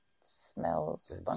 smells